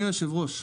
אדוני יושב הראש,